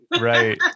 Right